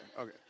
okay